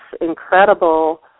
incredible